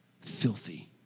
filthy